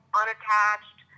unattached